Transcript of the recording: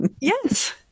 Yes